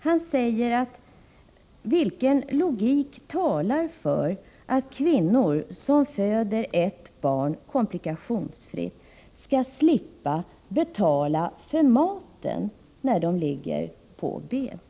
Han frågar: Vilken logik talar för att kvinnor som föder ett barn komplikationsfritt skall slippa betala för maten, när de ligger på BB?